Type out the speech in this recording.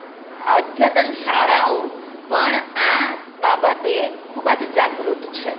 અદ્યતન શાળાઓ પણ આ બાબતે ખૂબ જ જાગૃત છે